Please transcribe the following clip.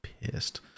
pissed